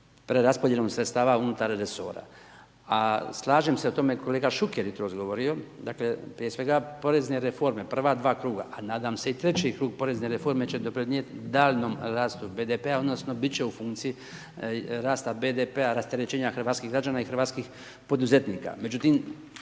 preraspodjelom sredstava unutar resora. A slažem se o tome, kolega Šuker je jutros govorio, dakle prije svega, porezne reforme, prva dva kruga a nadam se i trći krug porezne reforme će doprinijeti daljnjem rastu BDP-a odnosno bit će u funkciji rasta BDP-a, rasterećenja hrvatskih građana i hrvatskih poduzetnika.